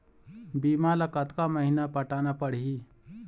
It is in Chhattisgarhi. बीमा ला कतका महीना पटाना पड़ही?